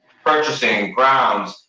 purchasing, grounds,